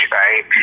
right